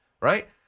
right